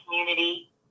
community